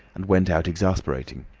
and went out exasperated.